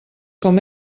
com